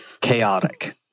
chaotic